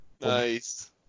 Nice